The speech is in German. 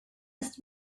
ist